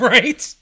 Right